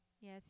Yes